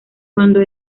cuando